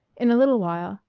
in a little while,